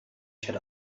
shed